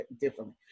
differently